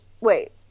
wait